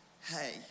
Hey